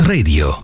Radio